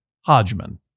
Hodgman